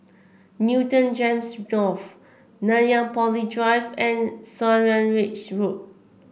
Newton Gems North Nanyang Poly Drive and Swanage Road